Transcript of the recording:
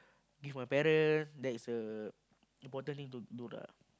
give my parents that is the important thing to do lah